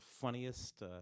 funniest